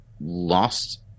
lost